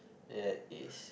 that is